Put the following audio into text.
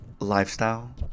lifestyle